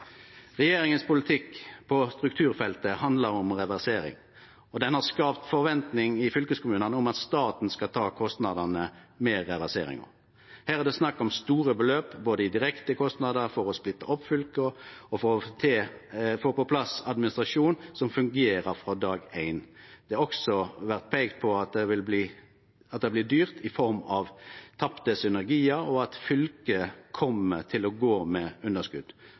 Regjeringas politikk på strukturfeltet handlar om reversering og har skapt forventning i fylkeskommunane om at staten skal ta kostnadane med reverseringa. Her er det snakk om store beløp, både i direkte kostnadar for å splitte opp fylket og for å få på plass administrasjon som fungerer frå dag éin. Det har også vore peikt på at det blir dyrt i form av tapte synergiar, og at fylket kjem til å gå med underskot,